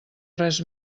res